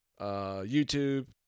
YouTube